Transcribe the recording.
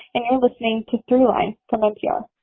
and you're listening to throughline from npr